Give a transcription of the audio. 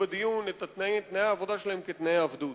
בדיון את תנאי העבודה שלהם כתנאי עבדות.